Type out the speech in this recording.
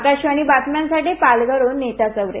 आकाशवाणी बातम्यांसाठी पालघरहून नीता चौरे